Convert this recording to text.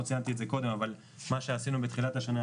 לא ציינתי קודם אבל מה שעשינו בתחילת השנה,